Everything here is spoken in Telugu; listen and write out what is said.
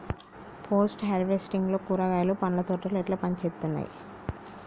పోస్ట్ హార్వెస్టింగ్ లో కూరగాయలు పండ్ల తోటలు ఎట్లా పనిచేత్తనయ్?